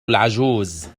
العجوز